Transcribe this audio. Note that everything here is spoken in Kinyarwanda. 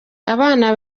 abana